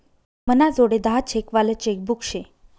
मनाजोडे दहा चेक वालं चेकबुक शे